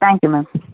thank you ma'am